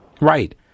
Right